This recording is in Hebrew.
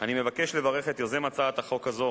אני מבקש לברך את יוזם הצעת החוק הזאת,